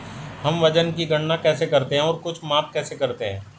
हम वजन की गणना कैसे करते हैं और कुछ माप कैसे करते हैं?